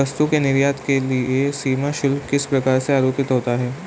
वस्तु के निर्यात के लिए सीमा शुल्क किस प्रकार से आरोपित होता है?